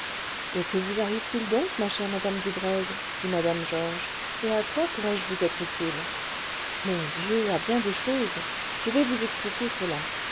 et que vous arrive-t-il donc ma chère madame dubreuil dit mme georges et à quoi pourrais-je vous être utile mon dieu à bien des choses je vais vous expliquer cela